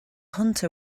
hunter